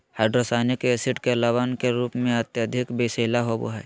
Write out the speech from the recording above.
hydrocyanic acid के लवण के रूप में अत्यधिक विषैला होव हई